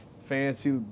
fancy